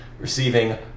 receiving